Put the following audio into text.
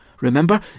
remember